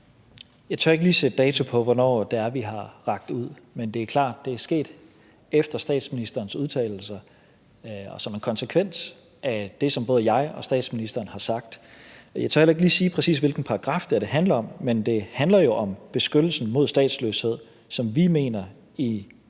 Jeg tør ikke lige sætte dato på, hvornår vi har rakt ud, men det er klart, at det er sket efter statsministerens udtalelse og som en konsekvens af det, som både jeg og statsministeren har sagt. Jeg tør heller ikke lige sige, præcis hvilken paragraf det handler om, men det handler jo om beskyttelsen mod statsløshed, som vi mener i nogle